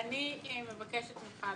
אני מבקשת ממך אדוני,